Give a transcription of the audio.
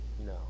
No